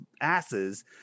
asses